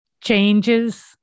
Changes